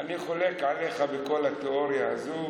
אני חולק עליך בכל התיאוריה הזאת,